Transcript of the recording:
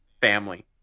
family